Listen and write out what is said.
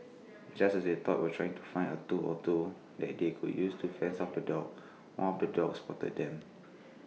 just as they taught were trying to find A tool or two that they could use to fends off the dogs one of the dogs spotted them